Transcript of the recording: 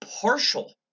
partial